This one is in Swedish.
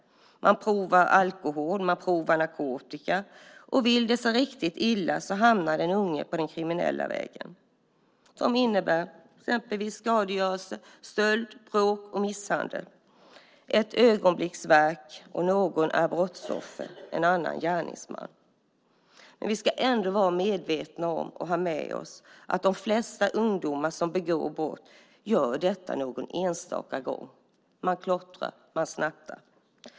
Man prövar alkohol och narkotika. Vill det sig riktigt illa hamnar den unge på den kriminella vägen som innebär exempelvis skadegörelse, stöld, bråk och misshandel. Ett ögonblicks verk och någon är brottsoffer, en annan gärningsman. Vi ska ändå vara medvetna om och att ha med oss att de flesta ungdomar som begår brott gör det någon enstaka gång. Man klottrar; man snattar.